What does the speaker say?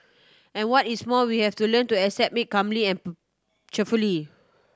and what is more we have to learn to accept may calmly and cheerfully